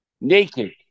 Naked